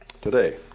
today